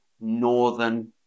Northern